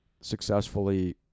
successfully